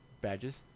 Badges